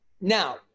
now